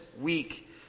week